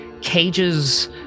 Cages